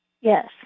Yes